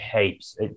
heaps